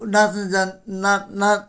नाच्न जान् नाच नाच